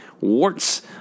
Warts